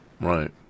Right